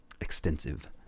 extensive